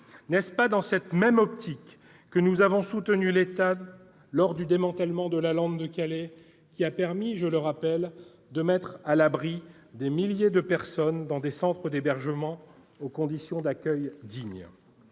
N'est-ce pas dans cette même optique que nous avons soutenu l'État lors du démantèlement de la lande de Calais qui a permis, je le rappelle, de mettre à l'abri des milliers de personnes dans des centres d'hébergement offrant des conditions d'accueil dignes ?